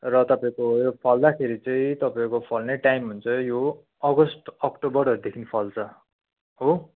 र तपाईँको फल्दाखेरि चाहिँ तपाईँको फल्ने टाइम हुन्छ यो अगस्त अक्टोबरहरूदेखि फल्छ हो